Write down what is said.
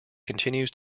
continues